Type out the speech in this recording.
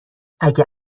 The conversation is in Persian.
اگه